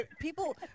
people